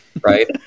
right